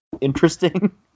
interesting